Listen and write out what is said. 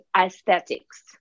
aesthetics